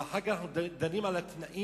ואחר כך דנים על התנאים,